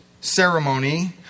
ceremony